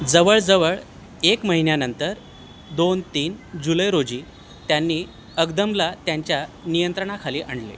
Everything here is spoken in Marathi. जवळजवळ एक महिन्यानंतर दोन तीन जुलै रोजी त्यांनी अघदमला त्यांच्या नियंत्रणाखाली आणले